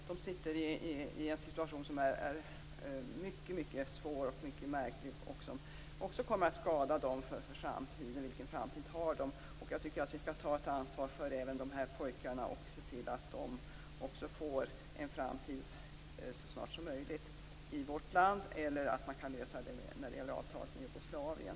De sitter i en situation som är mycket svår och mycket märklig, och det kommer också att skada dem för framtiden. Vilken framtid har de? Jag tycker att vi skall ta ett ansvar även för de här pojkarna och se till att de också får en framtid så snart som möjligt i vårt land eller se till att lösa det genom avtalet med Jugoslavien.